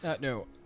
No